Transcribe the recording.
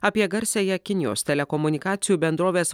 apie garsiąją kinijos telekomunikacijų bendrovės